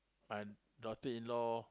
my daughter-in-law